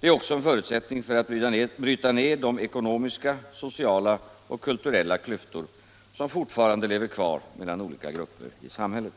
Det är också en förutsättning för att bryta ned de ekonomiska, sociala och kulturella klyftor som fortfarande lever kvar mellan olika grupper i samhället.